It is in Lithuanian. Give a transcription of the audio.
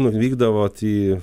nuvykdavot į